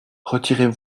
retirez